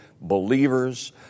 believers